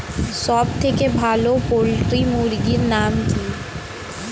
সবথেকে ভালো পোল্ট্রি মুরগির নাম কি?